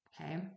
okay